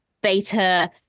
beta